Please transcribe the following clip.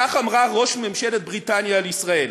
כך אמרה ראש ממשלת בריטניה על ישראל,